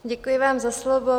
Děkuji vám za slovo.